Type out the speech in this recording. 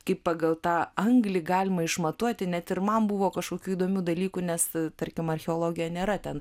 kaip pagal tą anglį galima išmatuoti net ir man buvo kažkokių įdomių dalykų nes tarkim archeologija nėra ten